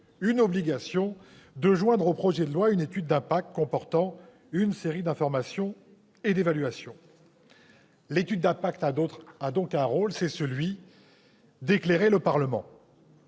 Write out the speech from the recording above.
l'obligation de joindre aux projets de loi une étude d'impact comportant une série d'informations et d'évaluations. L'étude d'impact a un rôle : éclairer le Parlement.